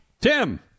Tim